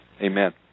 Amen